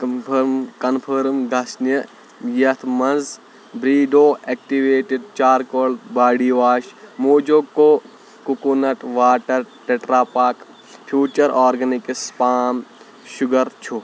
confirm گَژھنہِ یَتھ منٛز برٛیٖڈوہ ایٚکٹِویٹِد چارکول باڑی واش موٗجوب coconut water Tetra Pak future organics pan sugar چھُ